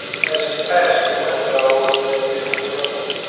as he passed the window of renfield's room,